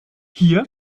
hier